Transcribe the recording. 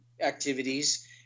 activities